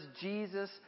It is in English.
Jesus